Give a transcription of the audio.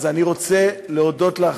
אז אני רוצה להודות לך,